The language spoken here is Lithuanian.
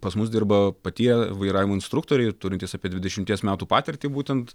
pas mus dirba patyrę vairavimo instruktoriai turintys apie dvidešimties metų patirtį būtent